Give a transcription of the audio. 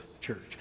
church